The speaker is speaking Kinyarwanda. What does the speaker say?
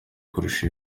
kurusha